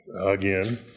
Again